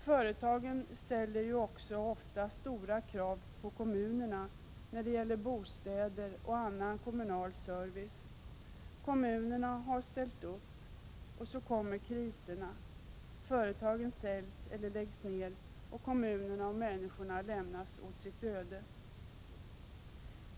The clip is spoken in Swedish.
Företagen ställer ofta stora krav på kommunerna när det gäller bostäder och annan kommunal service. Kommunerna har ställt upp. Så kommer kriserna, företagen säljs eller läggs ner, och kommunerna och människorna lämnas åt sitt öde.